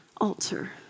altar